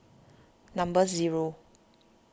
number zero